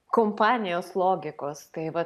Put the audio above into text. kompanijos logikos tai vat